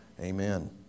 Amen